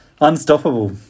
unstoppable